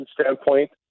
standpoint